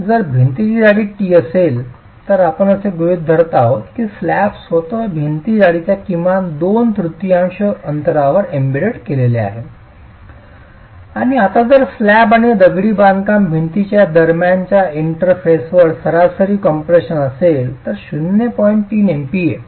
जर भिंतीची जाडी t असेल तर आपण असे गृहित धरत आहोत की स्लॅब स्वतः भिंतीच्या जाडीच्या किमान दोन तृतीयांश अंतरावर एम्बेड केलेले आहे आणि आता जर स्लॅब आणि दगडी बांधकाम भिंतीच्या दरम्यानच्या इंटरफेसवर सरासरी कम्प्रेशन असेल तर 0